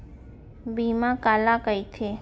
बीमा काला कइथे?